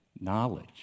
knowledge